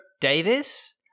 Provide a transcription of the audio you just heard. Davis